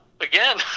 Again